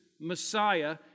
Messiah